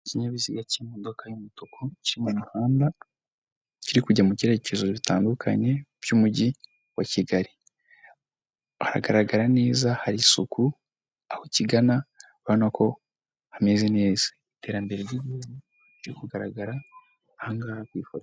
Ikinyabiziga cy'imodoka y'umutuku cy'iri mu muhanda, kiri kujya mu cyerekezo bitandukanye by'umujyi wa Kigali, haragaragara neza hari isuku aho kigana ubona ko hameze neza, iterambere ry'igihugu riri kugaragara aha ngaha kw'ifoto.